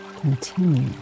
Continue